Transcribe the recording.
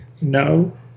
No